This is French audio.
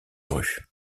rue